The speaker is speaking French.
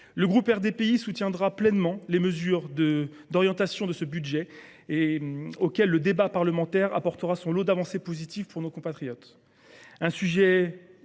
Le groupe RDPI soutiendra pleinement les mesures et l’orientation de ce budget, auquel le débat parlementaire apportera son lot d’avancées positives pour nos compatriotes.